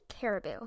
caribou